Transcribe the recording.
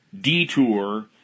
detour